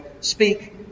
speak